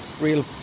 real